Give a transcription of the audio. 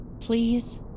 Please